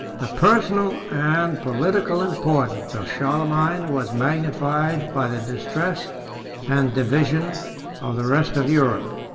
the personal and political importance of charlemagne was magnified by the distress and division of the rest of europe.